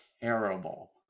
Terrible